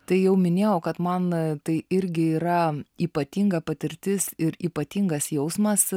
tai jau minėjau kad man tai irgi yra ypatinga patirtis ir ypatingas jausmas